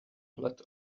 let